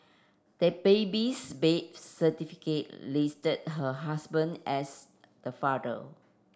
the baby's bath certificate listed her husband as the father